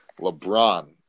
LeBron